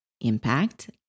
impact